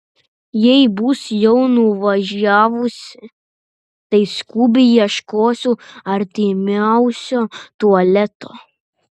jei bus jau nuvažiavusi tai skubiai ieškosiu artimiausio tualeto